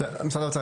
משרד האוצר,